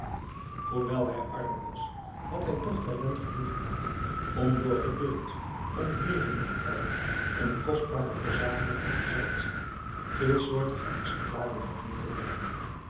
hoewel hij arm was had hij toch talent genoeg gehad om door geduld ontbering en tijd een kostbare verzameling van zeldzame veelsoortige exemplaren bijeen te brengen